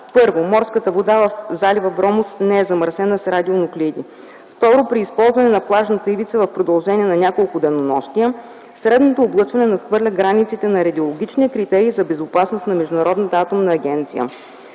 първо, морската вода в залива Вромос не е замърсена с радионуклиди; - второ, при използване на плажната ивица в продължение на няколко денонощия средното облъчване надхвърля границите на радиологичния критерий за безопасност на Международната атомна агенция;